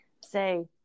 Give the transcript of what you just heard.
say